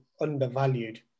undervalued